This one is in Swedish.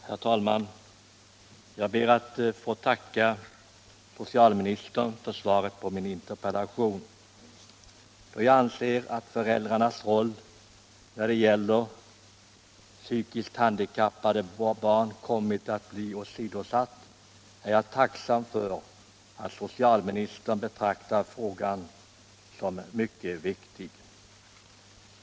Herr talman! Jag ber att få tacka socialministern för svaret på min interpellation. Då jag anser att föräldrarnas roll när det gäller psykiskt handikappade barn kommit att bli åsidosatt är jag tacksam för att socialministern betraktar frågan som mycket viktig.